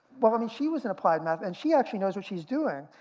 well i mean she was in applied math, and she actually knows what she's doing.